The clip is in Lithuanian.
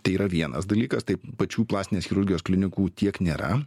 tai yra vienas dalykas taip pačių plastinės chirurgijos klinikų tiek nėra